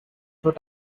what